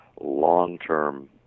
long-term